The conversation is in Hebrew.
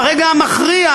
ברגע המכריע,